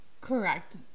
correct